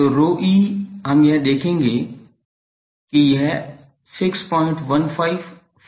तो ρe हम यह देखेंगे कि यह 615 5 lambda not होगा